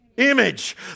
image